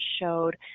showed